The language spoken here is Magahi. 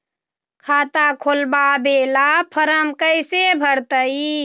खाता खोलबाबे ला फरम कैसे भरतई?